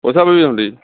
পইচা পাবি তহঁতি